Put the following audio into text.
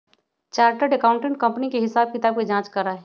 chartered accountant company के हिसाब किताब के जाँच करा हई